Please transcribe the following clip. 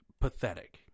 pathetic